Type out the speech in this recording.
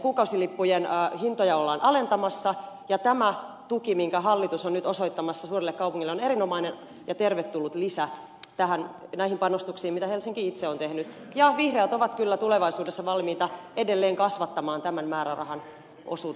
kuukausilippujen hintoja ollaan alentamassa ja tämä tuki minkä hallitus on nyt osoittamassa suurelle kaupungille on erinomainen ja tervetullut lisä näihin panostuksiin mitä helsinki itse on tehnyt ja vihreät ovat kyllä tulevaisuudessa valmiita edelleen kasvattamaan tämän määrärahan osuutta liikennebudjetissa